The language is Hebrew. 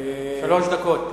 בבקשה, שלוש דקות.